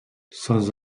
sans